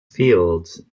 fields